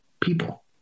people